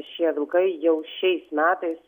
šie vilkai jau šiais metais